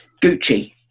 Gucci